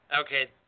Okay